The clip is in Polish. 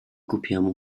głupiemu